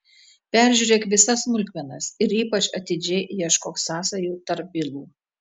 peržiūrėk visas smulkmenas ir ypač atidžiai ieškok sąsajų tarp bylų